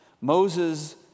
Moses